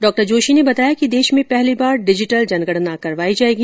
डॉ जोशी ने बताया कि देश में पहली बार डिजिटल जनगणना करवाई जाएगी